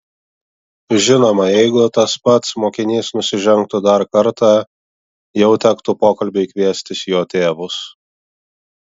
žinoma jeigu tas pats mokinys nusižengtų dar kartą jau tektų pokalbiui kviestis jo tėvus